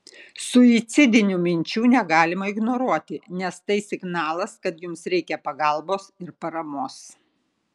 suicidinių minčių negalima ignoruoti nes tai signalas kad jums reikia pagalbos ir paramos